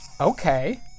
okay